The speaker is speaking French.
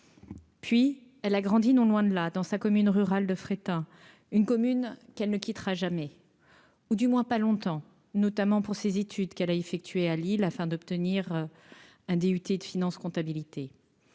puis elle a grandi non loin de là, dans sa commune rurale de Fréthun, une commune qu'elle ne quittera jamais, ou du moins pas longtemps, notamment pour ses études, qu'elle a effectué à Lille afin d'obtenir un DUT de finances comptabilité